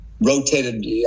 rotated